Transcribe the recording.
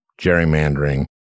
gerrymandering